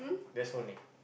that's only